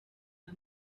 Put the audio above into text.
iya